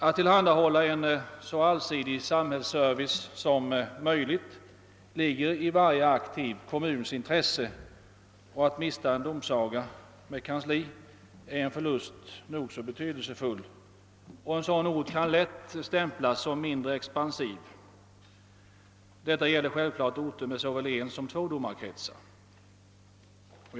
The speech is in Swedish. Att tillhandahålla en så allsidig samhällsservice som möjligt ligger i varje aktiv kommuns intresse, och att mista en domsaga med kansli är en betydelsefull förlust; en sådan ort kan lätt stämplas som mindre expansiv. Detta gäller orter med såväl ensom tvådomarkretsar.